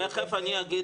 תיכף אני אגיד,